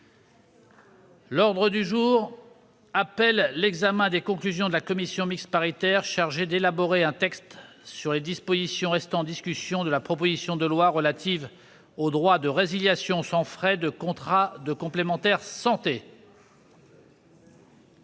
L'ordre du jour appelle l'examen des conclusions de la commission mixte paritaire chargée d'élaborer un texte sur les dispositions restant en discussion de la proposition de loi relative au droit de résiliation sans frais de contrats de complémentaire santé